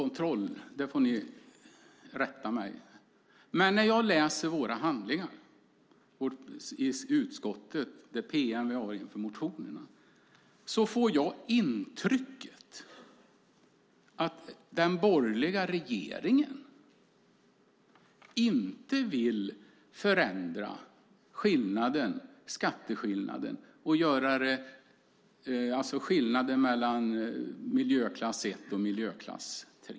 När jag läser våra handlingar i utskottet, det PM vi har inför motionerna, får jag intrycket att den borgerliga regeringen inte vill förändra skatteskillnaden mellan miljöklass 1 och miljöklass 3.